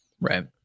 Right